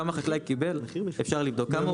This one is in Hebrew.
כמה